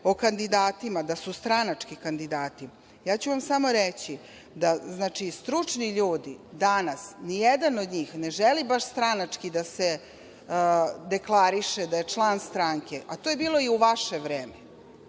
o kandidatima, da su stranački kandidati, ja ću vam samo reći da stručni ljudi danas, ni jedan od njih, ne žele da se stranački deklarišu, da su članovi stranke, a to je bilo i u vaše vreme,